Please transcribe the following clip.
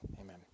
Amen